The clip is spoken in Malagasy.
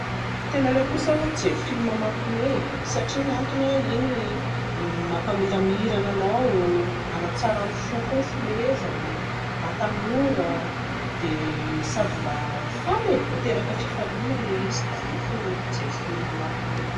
Tena aleoko kosa aloha mijery film mampiomehy e, satria ny antony a iny mampamiramirana anao, manatsara ny fo koa ny fiomehezana, mahatanora dia sady mba faly e, miteraka fifaliana ilay izy dia aleoko mijery film mampiomehy